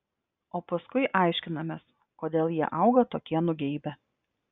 o paskui aiškinamės kodėl jie auga tokie nugeibę